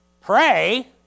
Pray